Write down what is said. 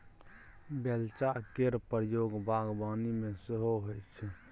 बेलचा केर प्रयोग बागबानी मे सेहो होइ छै